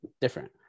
different